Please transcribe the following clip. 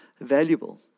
valuable